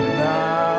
now